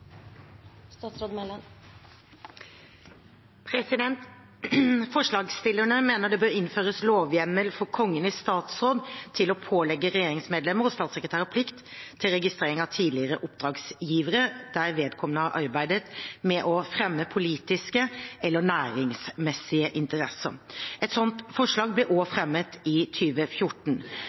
statsråd til å pålegge regjeringsmedlemmer og statssekretærer å registrere tidligere oppdragsgivere der vedkommende har arbeidet med å fremme politiske eller næringsmessige interesser. Et slikt forslag ble også fremmet i